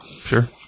Sure